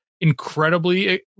incredibly